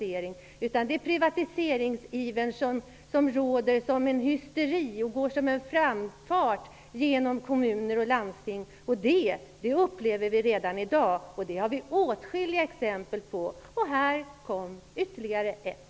En hysterisk privatiseringsiver går fram igenom kommuner och landsting. Det upplever vi redan i dag. Det har vi åtskilliga exempel på. Här kommer ytterligare ett.